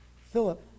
Philip